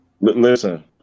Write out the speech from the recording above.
Listen